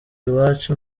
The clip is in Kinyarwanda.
iwacu